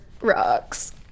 rocks